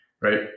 right